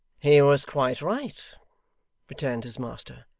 he was quite right returned his master,